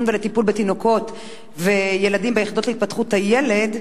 ולטיפול בתינוקות וילדים ביחידות להתפתחות הילד,